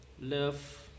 Love